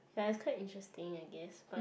ya it's quite interesting I guess but